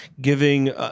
giving